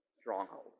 stronghold